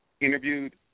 interviewed